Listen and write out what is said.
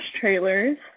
trailers